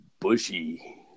bushy